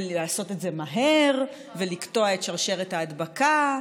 ולעשות את זה מהר ולקטוע את שרשרת ההדבקה.